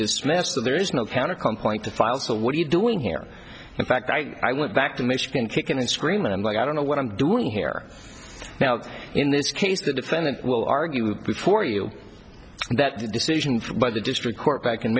dismissed so there is no count of complaint filed so what are you doing here in fact i went back to michigan kick and scream and i'm like i don't know what i'm doing here now in this case the defendant will argue before you that the decision by the district court back in